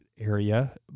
area